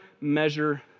measure